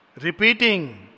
Repeating